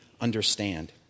understand